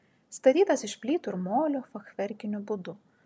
statytas iš plytų ir molio fachverkiniu būdu